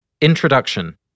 Introduction